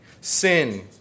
sin